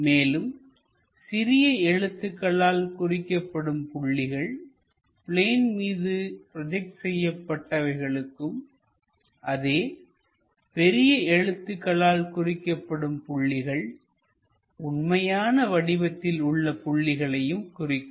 மேலும் சிறிய எழுத்துக்களால் குறிக்கப்படும் புள்ளிகள் பிளேன் மீது ப்ரோஜெக்ட் செய்யப்பட்டவை களுக்கும் அதே பெரிய எழுத்துக்களால் குறிக்கப்படும் புள்ளிகள் உண்மையான வடிவத்தில் உள்ள புள்ளிகளையும் குறிக்கும்